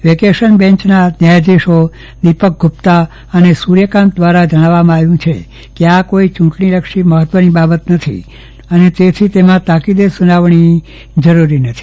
vacation બેન્ચના ન્યાયાધીશો દીપક ગુપ્તા અને સૂર્યકાન્ત દ્વારા જણાવવામાં આવ્યું કે આ કોઇ ચૂંટણીલક્ષી મહત્વની બાબત નથી અને તેથી તેમાં તાકીદે સુનાવણી જરૂરી નથી